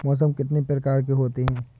मौसम कितनी प्रकार के होते हैं?